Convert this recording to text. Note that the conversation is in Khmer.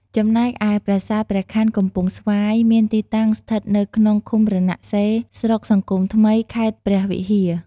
ចំណែកឯប្រាសាទព្រះខ័នកំពង់ស្វាយ មានទីតាំងស្ថិតនៅក្នុង ឃុំរណសិរ្ស ស្រុកសង្គមថ្មី ខេត្តព្រះវិហារ។